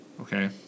Okay